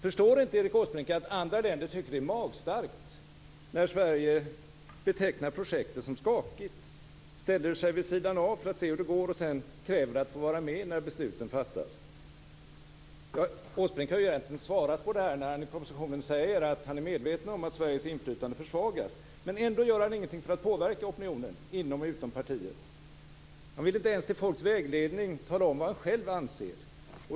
Förstår inte Erik Åsbrink att andra länder tycker att det är magstarkt när Sverige betecknar projektet som skakigt och ställer sig vid sidan av för att se hur det går och sedan kräver att få vara med när besluten fattas? Erik Åsbrink har egentligen svarat på frågan när han i propositionen säger att han är medveten om att Sveriges inflytande försvagas. Men ändå gör han ingenting för att påverka opinionen, inom och utom partiet. Han vill inte ens till folks vägledning tala om vad han själv anser.